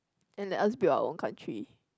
and let us build our own country